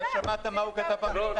אתה שמעת מה הוא כתב במכתב?